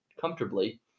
comfortably